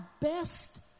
best